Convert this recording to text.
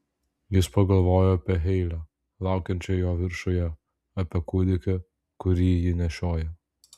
jis pagalvojo apie heilę laukiančią jo viršuje apie kūdikį kurį ji nešioja